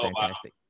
fantastic